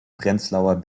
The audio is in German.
prenzlauer